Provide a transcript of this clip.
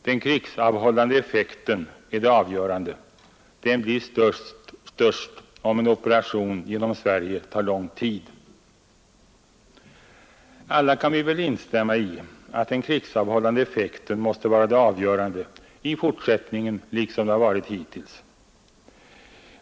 Den krigsavhållande effekten är det avgörande. Den blir störst om en operation genom Sverige tar lång tid. Alla kan väl instämma i att den krigsavhållande effekten måste vara det avgörande i fortsättningen liksom den har varit hittills.